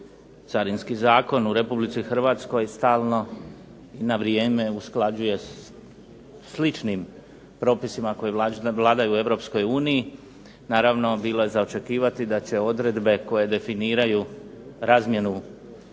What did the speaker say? Carinski zakon u Republici Hrvatskoj stalno na vrijeme usklađuje sličnim propisima koji vladaju u Europskoj uniji. Naravno, bilo je za očekivati da će odredbe koje definiraju razmjenu